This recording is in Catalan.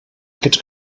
aquests